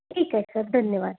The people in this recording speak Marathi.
ठीक आहे सर धन्यवाद